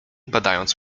badając